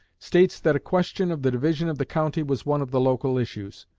states that a question of the division of the county was one of the local issues.